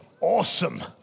awesome